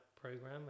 program